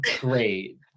great